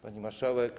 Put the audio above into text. Pani Marszałek!